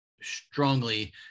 strongly